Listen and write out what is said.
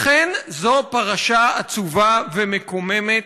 לכן, זאת פרשה עצובה ומקוממת.